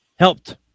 Helped